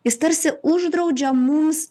jis tarsi uždraudžia mums